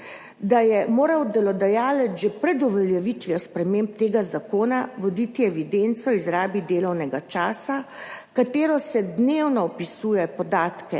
da je moral delodajalec že pred uveljavitvijo sprememb tega zakona voditi evidenco o izrabi delovnega časa, v katero se dnevno vpisuje podatke